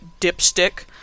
dipstick